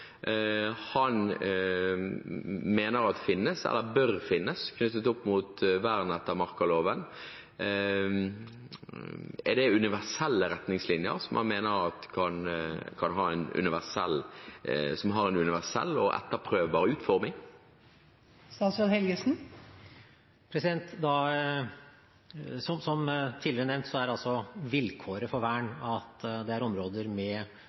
mener han bør finnes knyttet til vern etter markaloven? Er det universelle retningslinjer, som han mener har en universell og etterprøvbar utforming? Som tidligere nevnt er altså vilkåret for vern at det er områder med